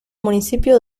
municipio